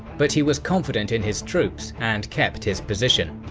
but he was confident in his troops and kept his position.